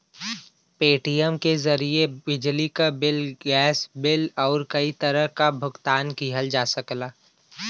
Paytm के जरिये बिजली क बिल, गैस बिल आउर कई तरह क भुगतान किहल जा सकला